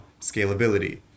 scalability